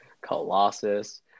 Colossus